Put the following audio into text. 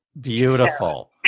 beautiful